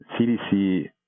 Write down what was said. CDC